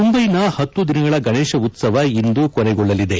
ಮುಂಬೈನ ಹತ್ತು ದಿನಗಳ ಗಣೇಶ ಉತ್ಸವ ಇಂದು ಕೊನೆಗೊಳ್ಳಲಿದೆ